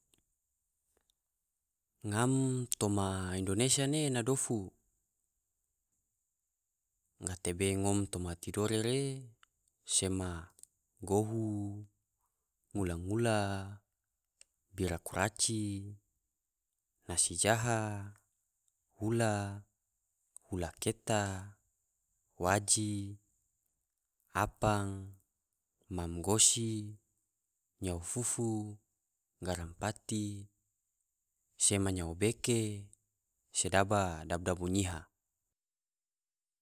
Ngam toma indonesia ne ena dofu, gatebe ngom toma tidore ne sema gohu, ngula ngula, bira kuraci, nasi jaha, hula, hula keta, waji, apang, mam gosi, nyao fufu, garam pati, sema nyao beke, sedaba dabu dabu nyiha.